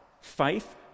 faith